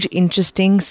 interesting